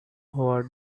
what